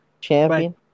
Champion